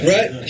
Right